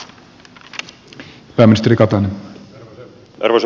arvoisa puhemies